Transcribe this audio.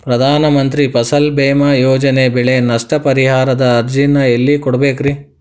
ಪ್ರಧಾನ ಮಂತ್ರಿ ಫಸಲ್ ಭೇಮಾ ಯೋಜನೆ ಬೆಳೆ ನಷ್ಟ ಪರಿಹಾರದ ಅರ್ಜಿನ ಎಲ್ಲೆ ಕೊಡ್ಬೇಕ್ರಿ?